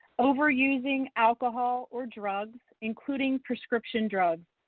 overusing alcohol or drugs including prescription drugs,